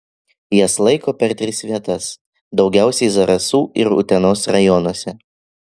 jas laiko per tris vietas daugiausiai zarasų ir utenos rajonuose